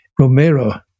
Romero